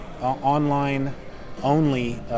online-only